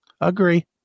Agree